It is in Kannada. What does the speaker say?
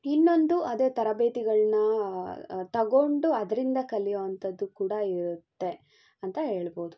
ಇನ್ನೊಂದು ಅದೇ ತರಬೇತಿಗಳನ್ನ ತಗೊಂಡು ಅದರಿಂದ ಕಲಿಯುವಂಥದ್ದು ಕೂಡ ಇರುತ್ತೆ ಅಂತ ಹೇಳ್ಬೋದು